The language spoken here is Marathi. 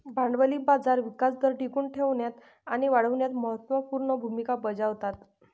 भांडवली बाजार विकास दर टिकवून ठेवण्यात आणि वाढविण्यात महत्त्व पूर्ण भूमिका बजावतात